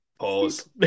Pause